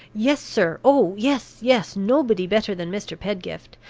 yes, sir oh, yes, yes! nobody better than mr. pedgift.